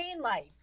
life